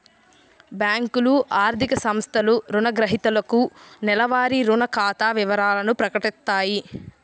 బ్యేంకులు, ఆర్థిక సంస్థలు రుణగ్రహీతలకు నెలవారీ రుణ ఖాతా వివరాలను ప్రకటిత్తాయి